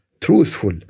truthful